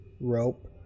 rope